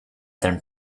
than